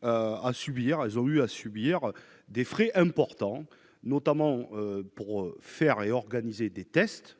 ont eu à subir des frais importants, notamment pour faire des tests.